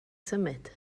symud